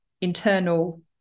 internal